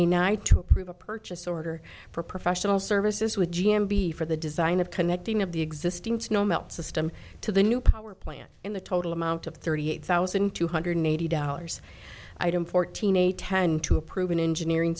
ny to approve a purchase order for professional services with g m b for the design of connecting of the existing snow melt system to the new power plant in the total amount of thirty eight thousand two hundred eighty dollars item fourteen a ten to approve an engineering